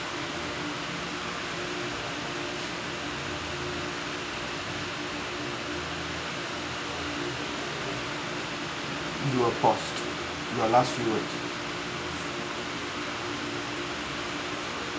you are paused you are last few words